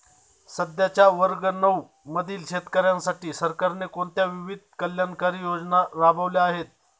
सध्याच्या वर्ग नऊ मधील शेतकऱ्यांसाठी सरकारने कोणत्या विविध कल्याणकारी योजना राबवल्या आहेत?